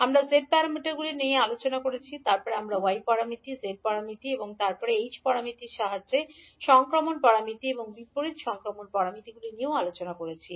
আমরা z প্যারামিটারগুলি নিয়ে আলোচনা করেছি তারপরে আমরা y প্যারামিটার তারপরে h প্যারামিটার তারপরে z প্যারামিটারগুলি তারপরে সংক্রমণ প্যারামিটারগুলি এবং বিপরীত সংক্রমণ প্যারামিটারগুলি নিয়ে আলোচনা করেছি